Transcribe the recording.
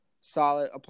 solid